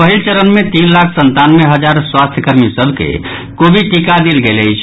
पहिल चरण मे तीन लाख संतानवे हजार स्वास्थ्य कर्मी सभ के कोविड टीका देल गेल अछि